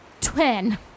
twin